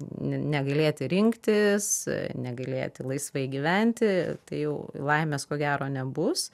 n negalėti rinktis negalėti laisvai gyventi tai jau laimės ko gero nebus